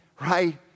right